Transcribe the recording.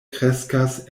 kreskas